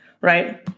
right